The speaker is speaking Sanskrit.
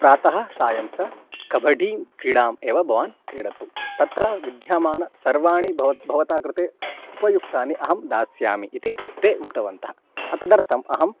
प्रातः सायं च कभड्डि क्रीडाम् एव भवान् क्रीडतु तत्र विद्यमानानि सर्वाणि भव भवतः कृते उपयुक्तानि अहं दास्यामि इति ते उक्तवन्तः तदर्थम् अहम्